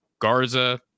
Garza